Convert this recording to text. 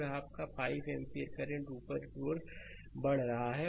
और यह आपका 5 एम्पियर करंट ऊपर की ओर बढ़ रहा है